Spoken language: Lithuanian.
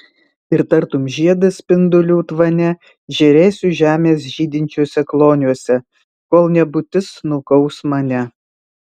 ir tartum žiedas spindulių tvane žėrėsiu žemės žydinčiuose kloniuose kol nebūtis nukaus mane